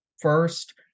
first